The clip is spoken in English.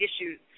issues